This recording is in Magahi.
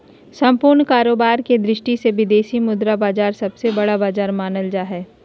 सम्पूर्ण कारोबार के दृष्टि से विदेशी मुद्रा बाजार सबसे बड़ा बाजार मानल जा हय